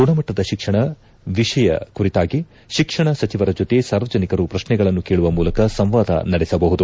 ಗುಣಮಟ್ಟದ ಶಿಕ್ಷಣ ವಿಷಯ ಕುರಿತಾಗಿ ಶಿಕ್ಷಣ ಸಚಿವರ ಜೊತೆ ಸಾರ್ವಜನಿಕರು ಪ್ರಶ್ನೆಗಳನ್ನು ಕೇಳುವ ಮೂಲಕ ಸಂವಾದ ನಡೆಸಬಹುದು